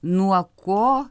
nuo ko